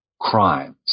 crimes